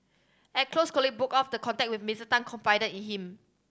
at close colleague broke off the contact with Mister Tan confided in him